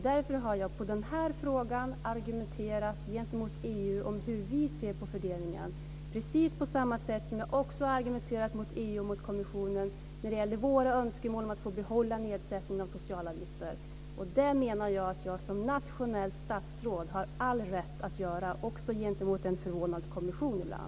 Därför har jag i den här frågan argumenterat mot EU om hur vi ser på fördelningen, precis på samma sätt som jag också har argumenterat mot EU och kommissionen när det gällde våra önskemål om att få behålla nedsättningen av socialavgifter. Det menar jag att jag som nationellt statsråd har all rätt att ibland göra också mot en förvånad kommission.